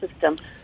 system